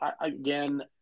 again